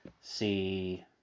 see